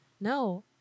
no